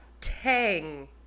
tang